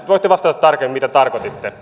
voitte vastata tarkemmin mitä tarkoititte